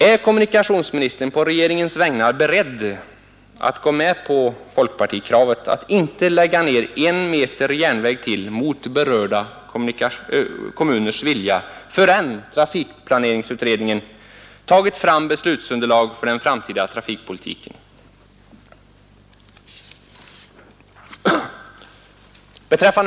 Är kommunikationsministern på regeringens vägnar beredd att gå med på folkpartikravet att inte lägga ned en meter järnväg till mot berörda kommuners vilja förrän trafikplaneringsutredningen tar fram beslutsunderlag för den framtida trafikpolitiken?